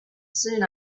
soon